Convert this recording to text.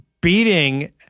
beating